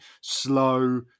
slow